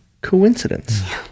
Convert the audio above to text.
coincidence